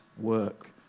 work